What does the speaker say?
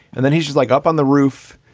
and then he's just like up on the roof,